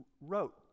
wrote